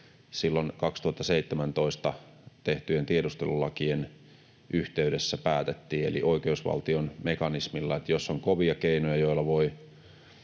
silloin 2017 tehtyjen tiedustelulakien yhteydessä päätettiin. Eli oikeusvaltion mekanismilla: jos on kovia keinoja, joilla voi